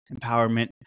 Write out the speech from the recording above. empowerment